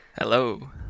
Hello